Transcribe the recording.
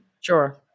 Sure